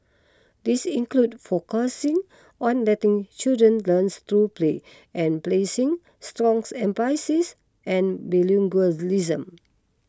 these include focusing on letting children learns through play and placing strong emphasis an bilingualism